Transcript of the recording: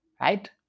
right